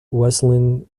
wesleyan